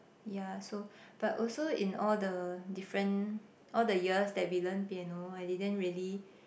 yeah so but also in all the different all the years that we learn piano I didn't really